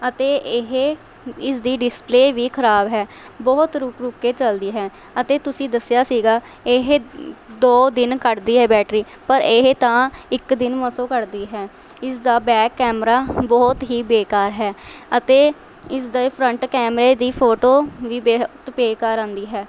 ਅਤੇ ਇਹ ਇਸਦੀ ਡਿਸਪਲੇਅ ਵੀ ਖ਼ਰਾਬ ਹੈ ਬਹੁਤ ਰੁਕ ਰੁਕ ਕੇ ਚੱਲਦੀ ਹੈ ਅਤੇ ਤੁਸੀਂ ਦੱਸਿਆ ਸੀਗਾ ਇਹ ਦੋ ਦਿਨ ਕੱਢਦੀ ਹੈ ਬੈਟਰੀ ਪਰ ਇਹ ਤਾਂ ਇੱਕ ਦਿਨ ਮਸਾਂ ਕੱਢਦੀ ਹੈ ਇਸ ਦਾ ਬੈਕ ਕੈਮਰਾ ਬਹੁਤ ਹੀ ਬੇਕਾਰ ਹੈ ਅਤੇ ਇਸਦੇ ਫਰੰਟ ਕੈਮਰੇ ਦੀ ਫੋਟੋ ਵੀ ਬਹੁਤ ਬੇਕਾਰ ਆਉਂਦੀ ਹੈ